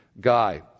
guy